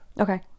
Okay